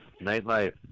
nightlife